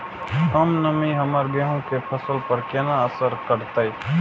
कम नमी हमर गेहूँ के फसल पर केना असर करतय?